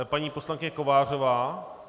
Paní poslankyně Kovářová?